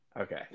okay